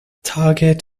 target